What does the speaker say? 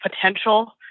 potential